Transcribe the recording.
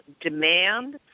demand